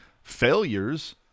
failures